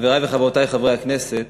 חברי וחברותי חברי הכנסת,